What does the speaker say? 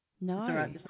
No